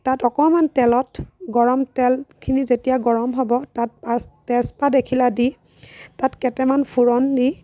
তাত অকণমান তেলত গৰম তেলখিনি যেতিয়া গৰম হ'ব তাত পাচ তেজপাত এখিলা দি তাত কেইটামান ফোৰণ দি